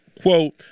quote